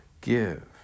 Give